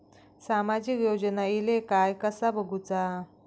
सामाजिक योजना इले काय कसा बघुचा?